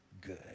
good